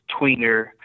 tweener